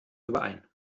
überein